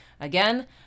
Again